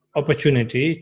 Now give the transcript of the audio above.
opportunity